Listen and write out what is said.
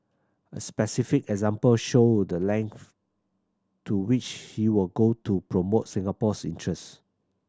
a specific example showed the length to which he will go to promote Singapore's interest